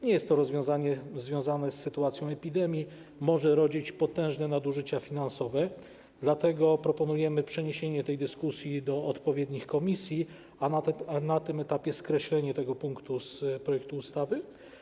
Nie jest to rozwiązanie związane z sytuacją epidemii, może rodzić potężne nadużycia finansowe, dlatego proponujemy przeniesienie tej dyskusji do odpowiednich komisji, a na tym etapie skreślenie tego punktu w projekcie ustawy.